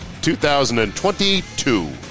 2022